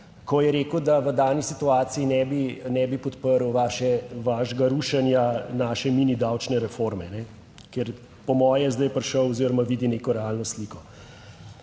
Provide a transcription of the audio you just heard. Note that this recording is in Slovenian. ko je rekel, da v dani situaciji ne bi, ne bi podprl še vašega rušenja naše mini davčne reforme, ker po moje je zdaj prišel oziroma vidi neko realno sliko,